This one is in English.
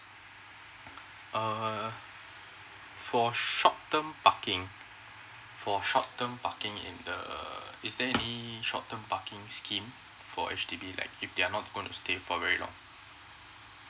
uh for short term parking for short term parking in the is there any short term parking scheme for H_D_B like if they are not gonna stay for very long